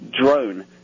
drone